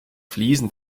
fliesen